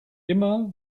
immer